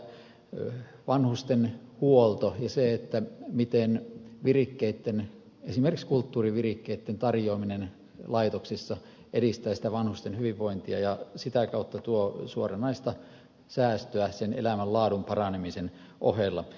täällä on otettu esimerkiksi tämä vanhustenhuolto ja se miten virikkeitten esimerkiksi kulttuurivirikkeitten tarjoaminen laitoksissa edistää vanhusten hyvinvointia ja sitä kautta tuo suoranaista säästöä elämän laadun paranemisen ohella